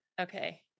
Okay